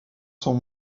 sont